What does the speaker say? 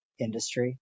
industry